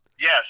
Yes